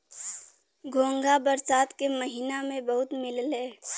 घोंघा बरसात के महिना में बहुते मिलला